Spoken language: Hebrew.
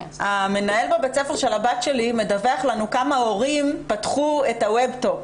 המנהל בבית ספר של הבת שלי מדווח לנו כמה הורים פתחו את הוובטופ.